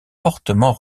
fortement